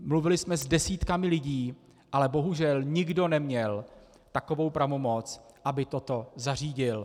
Mluvili jsme s desítkami lidí, ale bohužel nikdo neměl takovou pravomoc, aby toto zařídil.